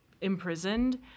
imprisoned